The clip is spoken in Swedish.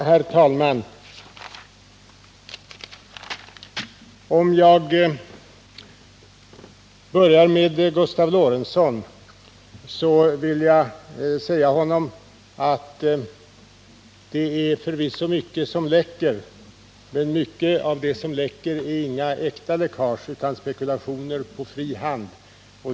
Herr talman! För att börja med Gustav Lorentzon så vill jag säga honom att det förvisso är mycket som läcker ut, men mycket av det som läcker ut är inga äkta läckage utan spekulationer på fri hand.